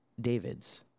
David's